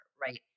right